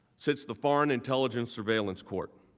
since the foreign intelligence surveillance court